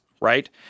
right